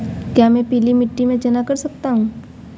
क्या मैं पीली मिट्टी में चना कर सकता हूँ?